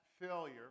failure